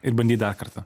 ir bandyt dar kartą